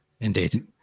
Indeed